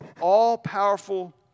all-powerful